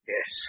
Yes